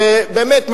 ובאמת,